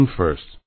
first